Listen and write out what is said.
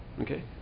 Okay